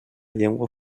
llengua